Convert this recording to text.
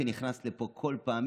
כשנכנס לפה כל פעם,